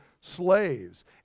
slaves